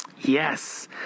Yes